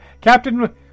Captain